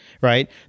right